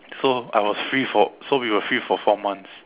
so I was free for so we were free for four months